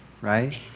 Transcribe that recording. right